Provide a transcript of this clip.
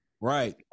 right